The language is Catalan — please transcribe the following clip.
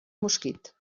mosquit